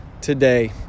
today